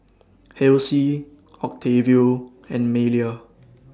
Halsey Octavio and Malia